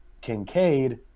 Kincaid